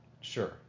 Sure